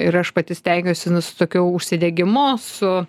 ir aš pati stengiuosi nu su tokiu užsidegimu su